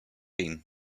doing